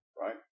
right